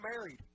married